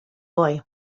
boy